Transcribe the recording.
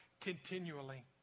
continually